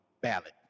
ballot